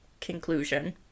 conclusion